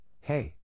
hey